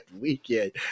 weekend